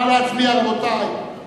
נא להצביע, רבותי.